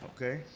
Okay